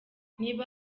niba